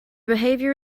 behavior